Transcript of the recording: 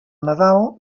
nadal